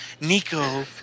Nico